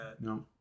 No